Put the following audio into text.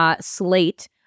slate